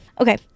Okay